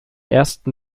ersten